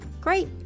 Great